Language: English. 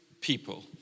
people